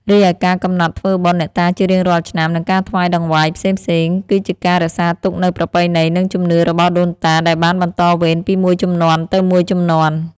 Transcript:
រីឯការកំណត់ធ្វើបុណ្យអ្នកតាជារៀងរាល់ឆ្នាំ និងការថ្វាយតង្វាយផ្សេងៗ គឺជាការរក្សាទុកនូវប្រពៃណី និងជំនឿរបស់ដូនតា ដែលបានបន្តវេនពីមួយជំនាន់ទៅមួយជំនាន់។